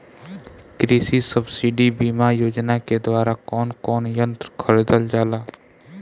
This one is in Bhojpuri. कृषि सब्सिडी बीमा योजना के द्वारा कौन कौन यंत्र खरीदल जाला?